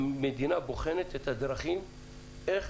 המדינה בוחנת את הדרכים איך